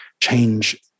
change